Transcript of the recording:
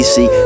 See